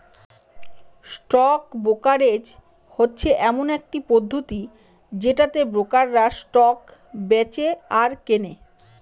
stock brokerage হচ্ছে এমন একটি পদ্ধতি যেটাতে ব্রোকাররা স্টক বেঁচে আর কেনে